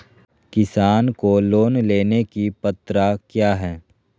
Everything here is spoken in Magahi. किसान को लोन लेने की पत्रा क्या है?